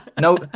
no